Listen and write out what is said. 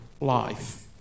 life